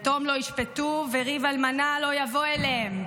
"יתום לא ישפטו וריב אלמנה לא יבוא אליהם".